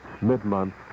mid-month